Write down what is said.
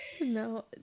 No